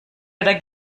oder